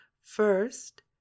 first